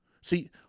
See